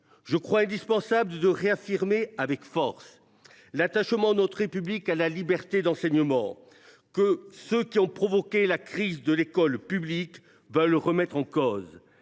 il est indispensable de réaffirmer avec force l’attachement de notre République à la liberté d’enseignement, une liberté que ceux qui ont provoqué la crise de l’école publique veulent remettre en cause.